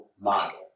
model